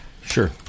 Sure